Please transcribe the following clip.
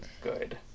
good